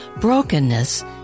Brokenness